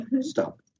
Stop